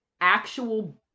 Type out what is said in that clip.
actual